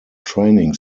training